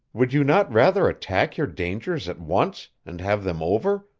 would you not rather attack your dangers at once, and have them over,